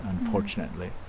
unfortunately